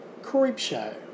Creepshow